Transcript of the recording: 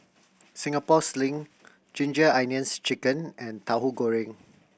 Singapore Sling Ginger Onions Chicken and Tahu Goreng